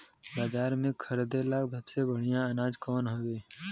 बाजार में खरदे ला सबसे बढ़ियां अनाज कवन हवे?